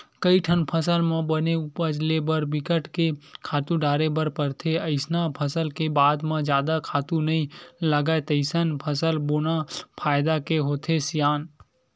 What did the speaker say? कइठन फसल म बने उपज ले बर बिकट के खातू डारे बर परथे अइसन फसल के बाद म जादा खातू नइ लागय तइसन फसल बोना फायदा के होथे सियान